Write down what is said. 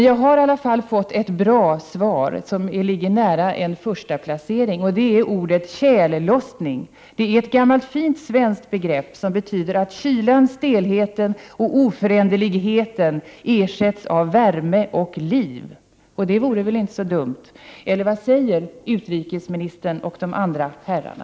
Jag har i alla fall fått ett bra svar, som ligger nära en första placering. Det är ordet tjällossning. Det är ett gammalt fint svenskt begrepp som betyder att kylan, stelheten och oföränderligheten ersätts av värme och liv. Det vore väl inte dumt, eller vad säger utrikesministern och de andra herrarna?